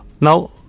now